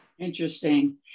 Interesting